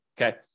Okay